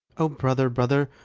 o brother, brother,